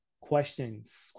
questions